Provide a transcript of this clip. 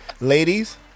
Ladies